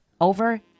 over